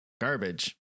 garbage